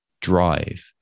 drive